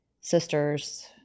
sisters